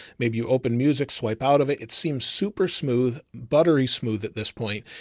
maybe you open music, swipe out of it. it seems super smooth, buttery smooth at this point.